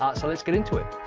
um so let's get into it.